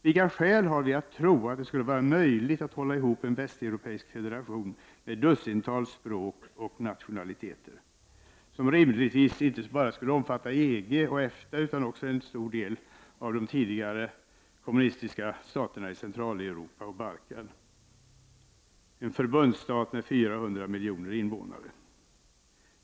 Vilka skäl har vi att tro att det skulle vara möjligt att hålla ihop en västeuropeisk federation med dussintals språk och nationaliteter, som rimligtvis skulle omfatta inte bara EG och EFTA utan också en stor del av de tidigare kommunistiska staterna i Centraleuropa och Balkan, en förbundsstat med 400 miljoner invånare?